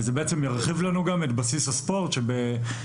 וזה ירחיב לנו גם את בסיס הספורט שזה